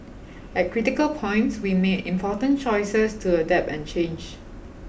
at critical points we made important choices to adapt and change